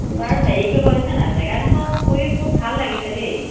বাৰু হেৰি কৰিব শুনিছে নাই জেগাডোখৰ ফুৰি খুব ভাল লাগিছে দেই